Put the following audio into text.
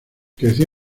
creció